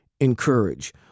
encourage